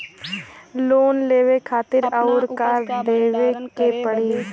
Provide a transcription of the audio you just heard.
Loan लेवे खातिर अउर का देवे के पड़ी?